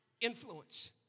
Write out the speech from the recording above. influence